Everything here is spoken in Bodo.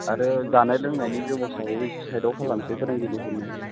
आरो जानाय लोंनायनि बेबस्थाखौबो एसे साइडआव खालामसै फोरोंगिरिफोरनो